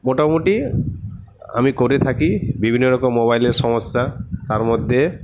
মোটামুটি আমি করে থাকি বিভিন্ন রকম মোবাইলের সমস্যা তার মধ্যে